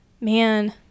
Man